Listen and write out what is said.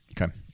Okay